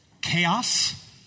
chaos